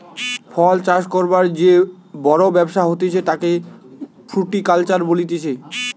ফল চাষ করবার যে বড় ব্যবসা হতিছে তাকে ফ্রুটিকালচার বলতিছে